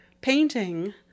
painting